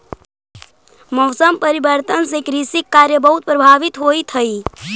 मौसम परिवर्तन से कृषि कार्य बहुत प्रभावित होइत हई